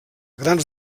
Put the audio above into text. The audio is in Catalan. grans